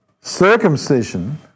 circumcision